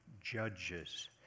judges